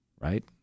right